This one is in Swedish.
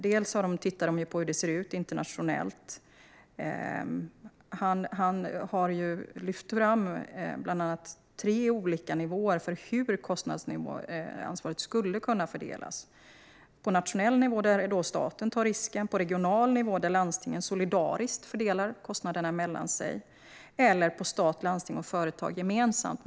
Man tittar bland annat på hur det ser ut internationellt. Han har bland annat lyft fram tre nivåer för hur kostnadsansvaret skulle kunna fördelas: på nationell nivå, där staten tar risken, på regional nivå, där landstingen solidariskt fördelar kostnaderna mellan sig, eller på en nivå där stat, landsting och företag gemensamt tar ansvar.